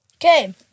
Okay